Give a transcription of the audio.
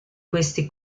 questi